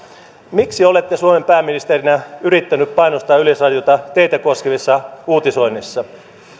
miksi olette suomen pääministerinä yrittänyt painostaa yleisradiota teitä koskevassa uutisoinnissa